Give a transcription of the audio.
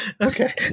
Okay